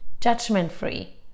judgment-free